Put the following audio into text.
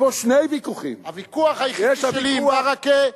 הוויכוח היחידי שלי עם ברכה,